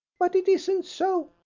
but it isn't so.